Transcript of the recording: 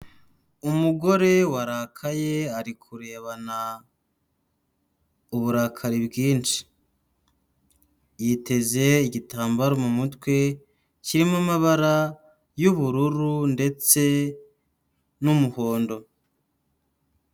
Umugore warakaye ari kurebana uburakari bwinshi, yiteze igitambaro mu mutwe kirimo amabara y'ubururu ndetse n'umuhondo.